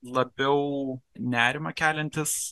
labiau nerimą keliantis